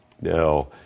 No